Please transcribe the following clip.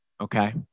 okay